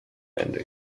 and